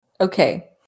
Okay